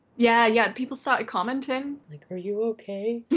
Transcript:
yeah. yeah people started commenting. like, are you okay?